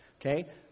Okay